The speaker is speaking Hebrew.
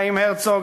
חיים הרצוג,